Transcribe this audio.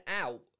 out